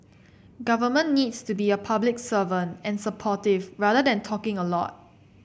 government needs to be a public servant and supportive rather than talking a lot